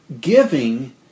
giving